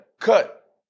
cut